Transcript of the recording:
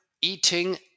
eating